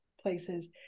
places